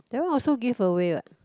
that one also give away what